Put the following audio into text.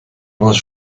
was